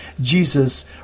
Jesus